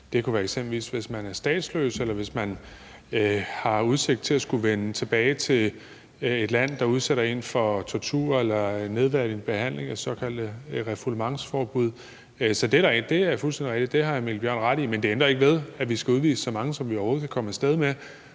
Det kunne eksempelvis være, hvis man er statsløs, eller hvis man har udsigt til at skulle vende tilbage til et land, der udsætter en for tortur eller nedværdigende behandling – det såkaldte refoulementsforbud. Så det er fuldstændig rigtigt, det har hr. Mikkel Bjørn ret i, men det ændrer ikke ved, at vi skal udvise så mange, som vi overhovedet kan komme af sted med,